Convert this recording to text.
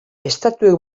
estatuek